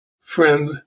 friend